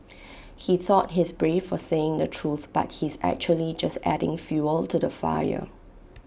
he thought he's brave for saying the truth but he's actually just adding fuel to the fire